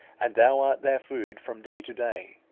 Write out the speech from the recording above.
and thou art their food from day to day.